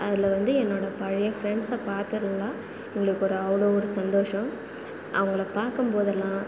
அதில் வந்து என்னோடய பழைய ஃப்ரெண்ட்ஸை பார்த்ததுலாம் எங்களுக்கு ஒரு அவ்வளோ ஒரு சந்தோஷம் அவங்களை பார்க்கும் போதெல்லாம்